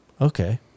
Okay